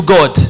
God